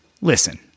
Listen